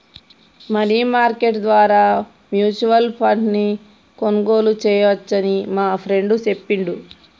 money market ద్వారా mutual ఫండ్ను కొనుగోలు చేయవచ్చని మా ఫ్రెండు చెప్పిండు